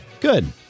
good